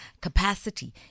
capacity